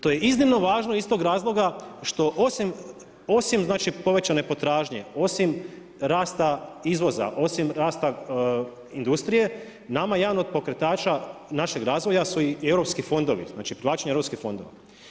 To je iznimno važno iz tog razloga što osim povećanje potražnje, osim rasta izvoza, osim rasta industrije nama jedan od pokretača našeg razvoja su i europski fondovi, znači plaćanje europskih fondova.